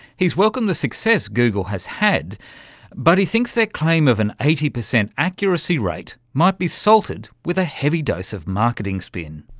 he's welcomed the success google has had but he thinks their claim of an eighty percent accuracy rate might be salted with a heavy dose of marketing spin.